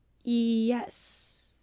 Yes